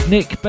Nick